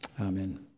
Amen